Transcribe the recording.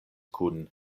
kun